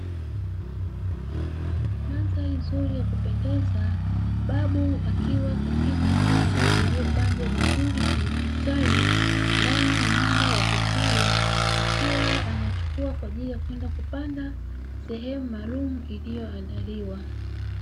Mandhari nzuri ya kupendeza, babu akiwa katika miche iliyopandwa vizuri kwenye vitalu, ndani ya nyumba ya vitalu akiwa anachukua kwa ajili ya kwenda kupanda sehemu maalumu iliyoandaliwa.